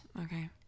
Okay